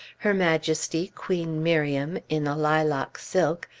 her majesty, queen miriam, in a lilac silk,